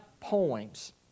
poems